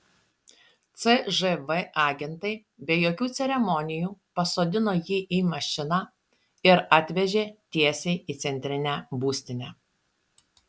cžv agentai be jokių ceremonijų pasodino jį į mašiną ir atvežė tiesiai į centrinę būstinę